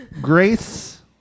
Grace